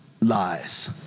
lies